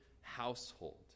household